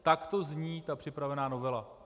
Takto zní ta připravená novela.